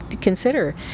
consider